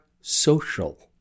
social